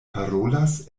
parolas